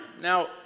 Now